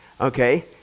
Okay